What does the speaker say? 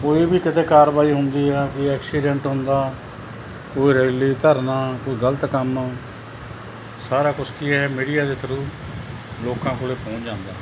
ਕੋਈ ਵੀ ਕਿਤੇ ਕਾਰਵਾਈ ਹੁੰਦੀ ਆ ਕੋਈ ਐਕਸੀਡੈਂਟ ਹੁੰਦਾ ਕੋਈ ਰੈਲੀ ਧਰਨਾ ਕੋਈ ਗਲਤ ਕੰਮ ਸਾਰਾ ਕੁਛ ਕੀ ਆ ਇਹ ਮੀਡੀਆ ਦੇ ਥਰੂ ਲੋਕਾਂ ਕੋਲ ਪਹੁੰਚ ਜਾਂਦਾ